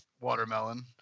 watermelon